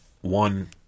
one